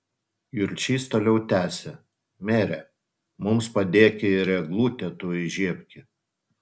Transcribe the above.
jurčys toliau tęsė mere mums padėki ir eglutę tu įžiebki